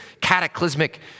cataclysmic